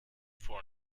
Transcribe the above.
for